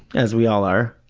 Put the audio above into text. as we all are.